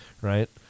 right